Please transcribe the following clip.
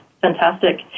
fantastic